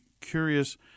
curious